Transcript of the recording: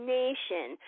nation